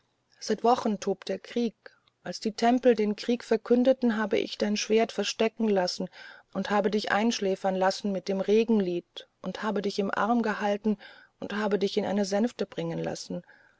seit wochen tobt der krieg als die tempel den krieg verkündeten habe ich dein schwert verstecken lassen und habe dich einschläfern lassen mit dem regenlied und habe dich im arm gehalten und habe dich in eine sänfte bringen lassen